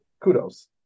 kudos